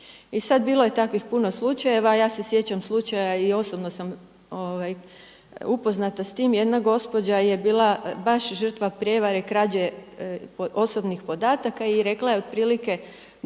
I sad bilo je takvih puno slučajeva, a ja se sjećam slučaja i osobno sam upoznata s tim. Jedna gospođa je bila baš žrtva prijevare i krađe osobnih podataka i rekla je otprilike,